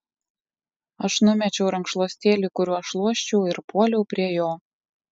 aš numečiau rankšluostėlį kuriuo šluosčiau ir puoliau prie jo